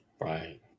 Right